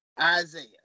Isaiah